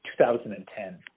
2010